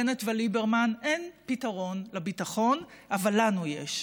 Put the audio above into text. בנט וליברמן אין פתרון לביטחון, אבל לנו יש.